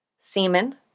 semen